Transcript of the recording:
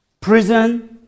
prison